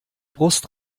brust